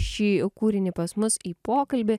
šį kūrinį pas mus į pokalbį